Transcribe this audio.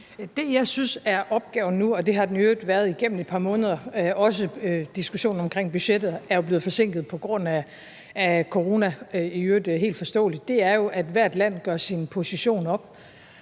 Det, jeg synes er opgaven nu – og det har den i øvrigt været igennem et par måneder, for også diskussionen om budgettet er jo helt forståeligt i øvrigt blevet forsinket på grund af corona – er, at hvert land gør sin position op,